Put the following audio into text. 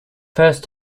first